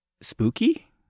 spooky